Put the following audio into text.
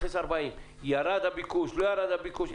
מכניס 40. ירד הביקוש או לא ירד הביקוש,